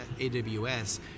AWS